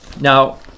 now